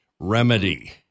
Remedy